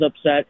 upset